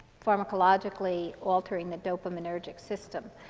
pharmacologically altering that dopaminergic system.